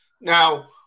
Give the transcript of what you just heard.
Now